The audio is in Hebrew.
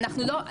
אנחנו לא,